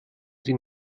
sie